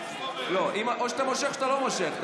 או שאתה מושך או שאתה לא מושך.